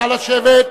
נא לשבת.